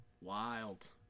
wild